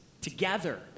together